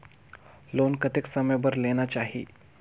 Loan कतेक समय बर लेना चाही?